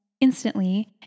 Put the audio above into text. instantly